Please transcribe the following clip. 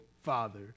father